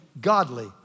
godly